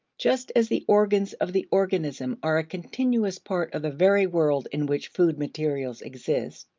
just as the organs of the organism are a continuous part of the very world in which food materials exist,